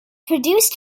produced